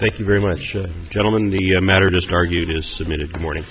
thank you very much gentlemen the matter just argued is submitted morning